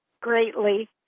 greatly